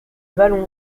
vallons